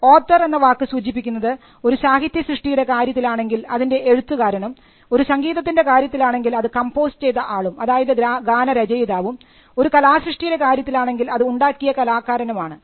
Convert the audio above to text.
author എന്ന വാക്ക് സൂചിപ്പിക്കുന്നത് ഒരു സാഹിത്യസൃഷ്ടിയുടെ കാര്യത്തിലാണെങ്കിൽ അതിൻറെ എഴുത്തുകാരനും ഒരു സംഗീതത്തിൻറെ കാര്യത്തിലാണെങ്കിൽ അത് കമ്പോസ് ചെയ്ത ആളും അതായത് ഗാനരചയിതാവും ഒരു കലാസൃഷ്ടിയുടെ കാര്യത്തിലാണെങ്കിൽ അത് ഉണ്ടാക്കിയ കലാകാരനും ആണ്